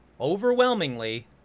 Overwhelmingly